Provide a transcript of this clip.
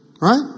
Right